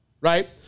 right